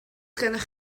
gennych